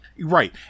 Right